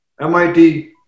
MIT